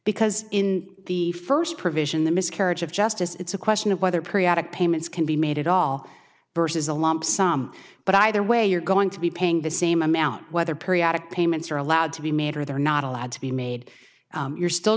because in the first provision the miscarriage of justice it's a question of whether pre adult payments can be made at all versus alum some but either way you're going to be paying the same amount whether periodic payments are allowed to be made or they're not allowed to be made you're still